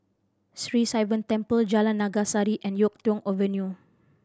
Sri Sivan Temple Jalan Naga Sari and Yuk Tong Avenue